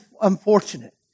unfortunate